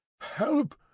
Help